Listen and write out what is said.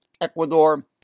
Ecuador